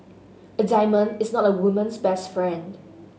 a diamond is not a woman's best friend